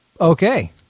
Okay